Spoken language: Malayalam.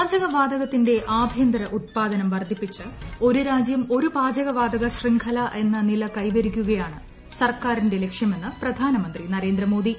പാചകവാതകത്തിന്റെ ആഭ്യന്തര ഉത്പാദനം വർദ്ധിപ്പിച്ച് ഒരു രാജ്യം ഒരു പാചകവാതക ശൃംഖല എന്ന നില കൈവരിക്കുകയാണ് സർക്കാരിന്റെ ലക്ഷ്യമെന്ന് പ്രധാനമന്ത്രി നരേന്ദ്രമോദി